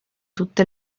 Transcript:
tutte